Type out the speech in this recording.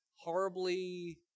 horribly